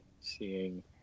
seeing